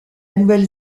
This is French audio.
nouvelle